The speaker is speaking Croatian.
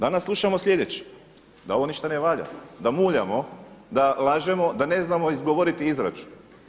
Danas slušamo sljedeće, da ovo ništa ne valja, da muljamo, da lažemo, da ne znamo izgovoriti izračun.